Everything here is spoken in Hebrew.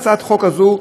הצעת החוק הזאת,